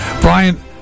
Brian